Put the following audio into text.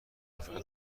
نفر